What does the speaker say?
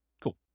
Cool